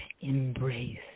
embrace